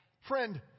Friend